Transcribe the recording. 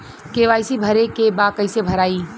KYC भरे के बा कइसे भराई?